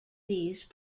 these